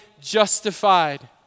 justified